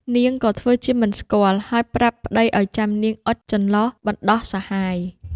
នាងក៏ធ្វើជាមិនស្គាល់ ហើយប្រាប់ប្ដីឱ្យចាំនាងអុជចន្លុះបណ្ដោះសហាយ។